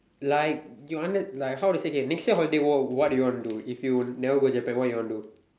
like you under~ like how to say K next year holiday what do you want to do if you never go Japan what you want do